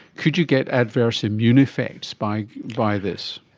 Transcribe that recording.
could you get adverse immune effects by by this?